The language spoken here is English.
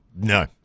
No